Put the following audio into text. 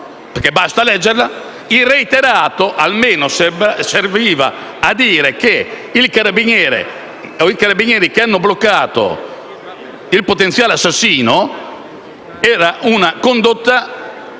«reiterate» serviva a dire che i carabinieri che hanno bloccato il potenziale assassino non ricadono